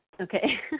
Okay